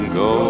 go